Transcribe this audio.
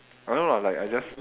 I know lah like I just